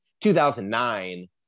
2009